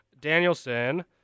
Danielson